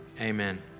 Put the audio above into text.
Amen